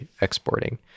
exporting